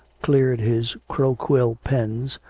cleared his crow-quill pens,